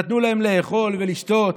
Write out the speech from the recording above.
נתנו להם לאכול ולשתות.